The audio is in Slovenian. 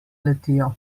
letijo